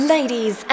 Ladies